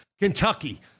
Kentucky